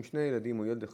עם שני ילדים או עם ילד אחד,